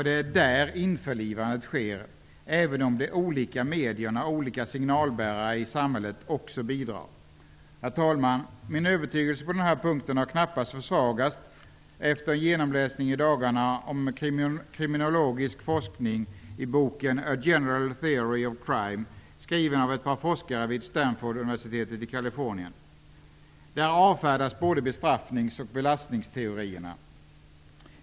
Det är där införlivandet sker, även om de olika medierna och olika signalbärare i samhället också bidrar. Herr talman! Min övertygelse på den här punkten har knappast försvagats efter en genomläsning i dagarna av kriminologisk forskning i boken ''A Där avfärdas både bestraffnings och belastningsteorierna.